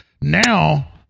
Now